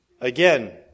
Again